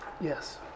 Yes